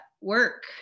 work